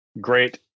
great